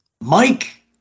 Mike